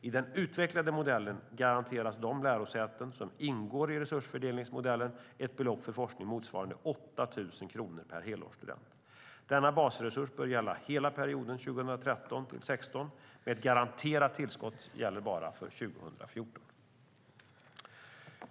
I den utvecklade modellen garanteras de lärosäten som ingår i resursfördelningsmodellen ett belopp för forskning motsvarande 8 000 kronor per helårsstudent. Denna basresurs bör gälla hela perioden 2013-2016, men ett garanterat tillskott gäller bara för 2014.